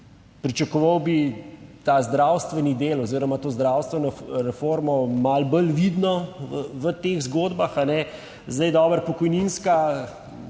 pričakoval bi ta zdravstveni del oziroma to zdravstveno reformo malo bolj vidno v teh zgodbah. Zdaj, dobro, pokojninska